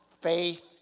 faith